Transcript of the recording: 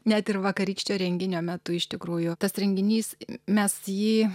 net ir vakarykščio renginio metu iš tikrųjų tas renginys mes jį